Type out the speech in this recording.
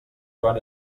joan